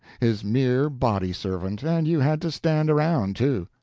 his mere body-servant, and you had to stand around, too.